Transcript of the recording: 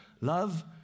love